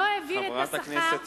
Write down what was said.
במסגרת מעמד האשה, חבר הכנסת